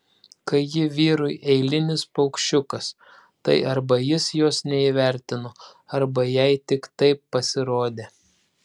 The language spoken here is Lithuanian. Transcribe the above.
kai ji vyrui eilinis paukščiukas tai arba jis jos neįvertino arba jai tik taip pasirodė